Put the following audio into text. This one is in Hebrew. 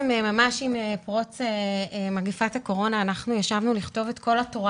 ממש עם פרוץ מגפת הקורונה ישבנו לכתוב את כל התורה